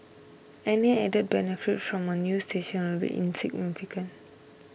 any added benefit from a new station will be insignificant